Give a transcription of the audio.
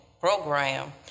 program